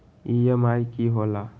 EMI की होला?